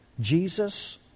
Jesus